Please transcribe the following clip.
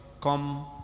Come